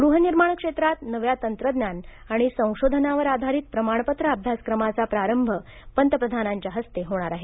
गृहनिर्माण क्षेत्रांत नव्या तंत्रज्ञान आणि संशोधनावर आधारित प्रमाणपत्र अभ्यासक्रमाचा प्रारंभ पंतप्रधानांच्या हस्ते होणार आहे